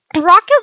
Rocket